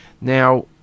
Now